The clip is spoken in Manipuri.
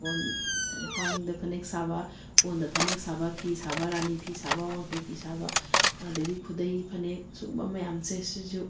ꯀꯣꯟ ꯈ꯭ꯋꯥꯡꯗ ꯐꯅꯦꯛ ꯁꯥꯕ ꯀꯣꯟꯗ ꯐꯅꯦꯛ ꯁꯥꯕ ꯐꯤ ꯁꯥꯕ ꯔꯥꯅꯤ ꯐꯤ ꯁꯥꯕ ꯋꯥꯡꯈꯩ ꯐꯤ ꯁꯥꯕ ꯑꯗꯩꯗꯤ ꯈꯨꯗꯩ ꯐꯅꯦꯛ ꯁꯨꯒꯨꯝꯕ ꯃꯌꯥꯝꯁꯦ ꯁꯤꯁꯨ